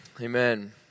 Amen